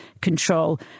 control